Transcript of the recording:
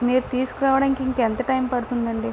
మీరు తీసుకురావడానికి ఇంకా ఎంత టైం పడుతుంది అండి